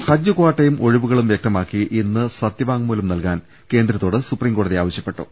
ഹജ്ജ് കാട്ടയും ഒഴിവുകളും വൃക്തമാക്കി ഇന്ന് സത്യവാ ങ്മൂലം നൽകാൻ കേന്ദ്രത്തോട്ട് സുപ്രീംകോടതി ആവശ്യപ്പെ ട്ടു